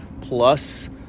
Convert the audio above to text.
plus